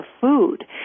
food